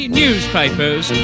newspapers